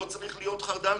לא צריך להיות חרד"לניק.